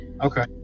Okay